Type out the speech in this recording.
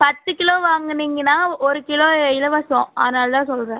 பத்து கிலோ வாங்குனீங்கனா ஒரு கிலோ இலவசம் அதனால் தான் சொல்றேன்